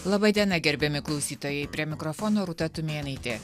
laba diena gerbiami klausytojai prie mikrofono rūta tumėnaitė